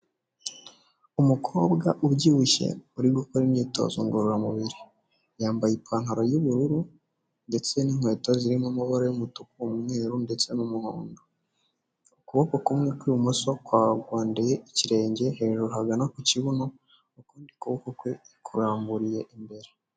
Umukobwa ubyibushye uri gukora imyitozo ngororamubiri, yambaye ipantaro y'ubururu ndetse n'inkweto zirimo amabara y'umutuku, umweru ndetse n'umuhondo, ukuboko kumwe kw'ibumoso kwagondeye ikirenge hejuru ahagana ku kibuno, ukundi kuboko kwe kuramburiye imbere.